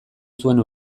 zuen